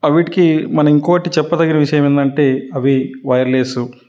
వాటికి మనం ఇంకోటి చెప్పదగిన విషయం ఏంటంటే అవి వైర్లెస్